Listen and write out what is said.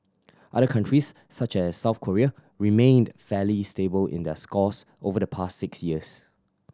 other countries such as South Korea remained fairly stable in their scores over the past six years